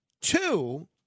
Two